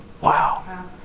Wow